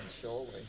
surely